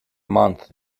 month